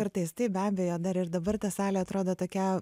kartais taip be abejo dar ir dabar ta salė atrodo tokia